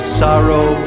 sorrow